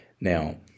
Now